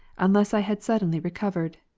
unless i had sud denly recovered.